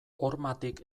hormatik